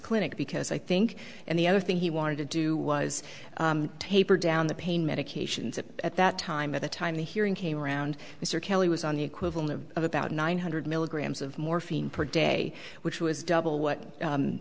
clinic because i think and the other thing he wanted to do was taper down the pain medications and at that time at the time the hearing came around mr kelly was on the equivalent of about nine hundred milligrams of morphine predict a which was double what